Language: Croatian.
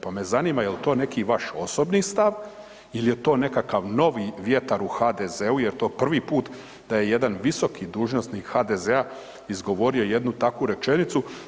Pa me zanima jel' to neki vaš osobni stav ili je to nekakav novi vjetar u HDZ-u jer to je prvi put da je jedan visoki dužnosnik HDZ-a izgovorio jednu takvu rečenicu.